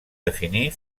definir